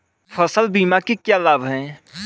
फसल बीमा के क्या लाभ हैं?